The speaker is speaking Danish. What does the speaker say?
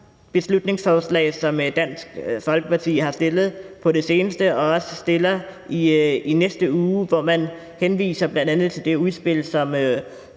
beslutningsforslag, som Dansk Folkeparti har fremsat på det seneste og også fremsætter i næste uge, hvor man bl.a. henviser til det udspil, som